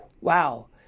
Wow